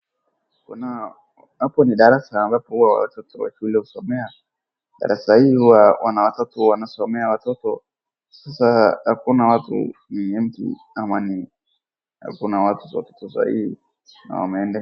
Hapo ni darasa ambapo huwa watoto wa shule husomea. Darasa hii hua wana watoto wanasomea watoto. Sasa hakuna watu ni empty ama ni hakuna watoto sahii na wameenda.